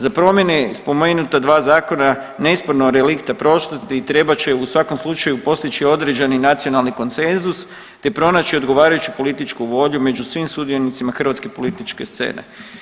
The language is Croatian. Za promjene spomenuta dva zakona nespornog relikta prošlosti trebat će u svakom slučaju postići određeni nacionalnih konsenzus te pronaći odgovarajuću političku volju među svim sudionicima hrvatske političke scene.